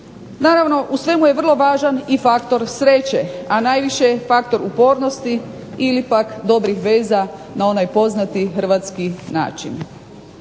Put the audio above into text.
Naravno u svemu je vrlo važan i faktor sreće, a najviše faktor upornosti ili pak dobrih veza na onaj poznati hrvatski način.